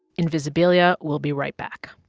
invisibilia will be right back